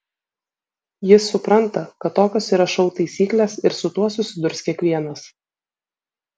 jis supranta kad tokios yra šou taisyklės ir su tuo susidurs kiekvienas